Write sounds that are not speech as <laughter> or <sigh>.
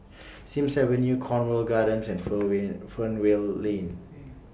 Sims Avenue Cornwall Gardens and <unintelligible> Fernvale Lane